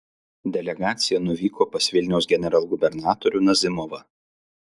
delegacija nuvyko pas vilniaus generalgubernatorių nazimovą